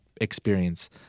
experience